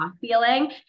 feeling